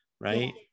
right